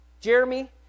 Jeremy